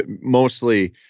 mostly